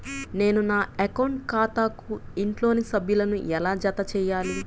నేను నా అకౌంట్ ఖాతాకు ఇంట్లోని సభ్యులను ఎలా జతచేయాలి?